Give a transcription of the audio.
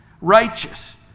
righteous